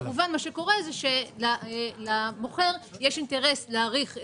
כמובן מה שקורה הוא שלמכור יש אינטרס להאריך,